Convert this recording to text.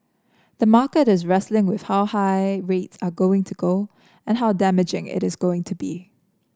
the market is wrestling with how high rates are going to go and how damaging it is going to be